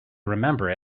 remember